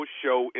show